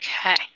Okay